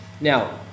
Now